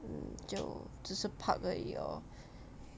mm 就只是 park 而已 lor